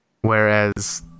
Whereas